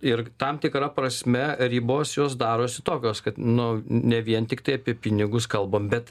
ir tam tikra prasme ribos jos darosi tokios kad nu ne vien tiktai apie pinigus kalbam bet